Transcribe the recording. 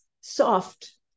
soft